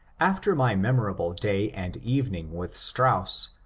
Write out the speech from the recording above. after my memorable day and evening with strauss,